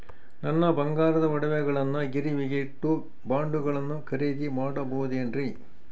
ನನ್ನ ಬಂಗಾರದ ಒಡವೆಗಳನ್ನ ಗಿರಿವಿಗೆ ಇಟ್ಟು ಬಾಂಡುಗಳನ್ನ ಖರೇದಿ ಮಾಡಬಹುದೇನ್ರಿ?